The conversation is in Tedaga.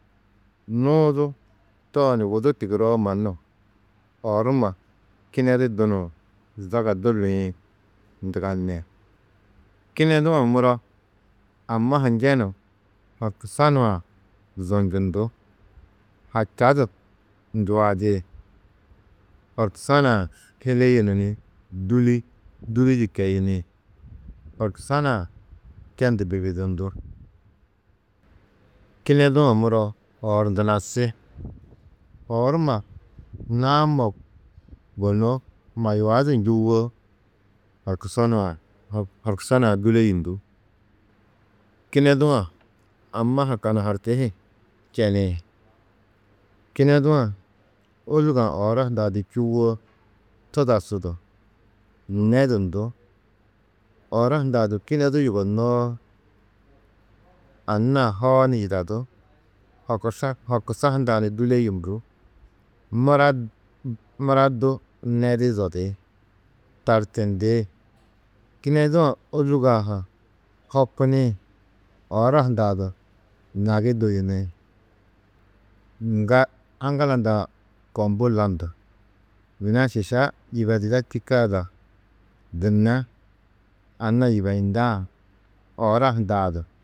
Nuudu tooni wudu tigiroo mannu oor numa kinedu dunuũ zaga du luĩ ndugani. Kinedu-ã muro amma njenu horkusa nuã zonjundú, hača du njuadi, horkusa nuã hiliyunu ni dûli di keyini, horkusa čendu bibidundú. Kinedu-ã muro oor ndunasi, oor numa naamo gunú, mayuo du njûwo horkusa nuã dûliyundú. Kinedu-ã amma ha kanaharti hi čeni. Kinedu-ã ôlugo-ã oora hundɑ͂ čùwo: tadasudu, nedundú, oora hundã du kinedu yugonnoo, anna-ã hoo ni horkusa hundɑ͂ ni dûleyundú, mura du nedi zodi, tartindi. Kinedu-ã ôlugo-ã ha hokini, oora hundɑ͂ du nagi duyini. Ŋga aŋgala nduã kombu landu: Yina šiša yibeduda čîka ada gunna anna yibeyindã oora hundɑ͂ du.